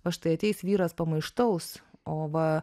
va štai ateis vyras pamaištaus o va